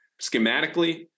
schematically